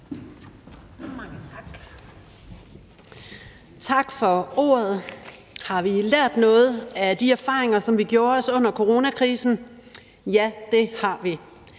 Tak for ordet. Har vi lært noget af de erfaringer, som vi gjorde os under coronakrisen? Ja, det har vi.